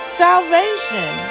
salvation